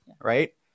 right